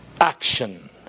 action